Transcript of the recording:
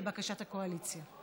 לבקשת הקואליציה.